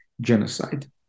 genocide